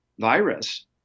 virus